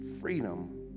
freedom